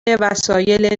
وسایل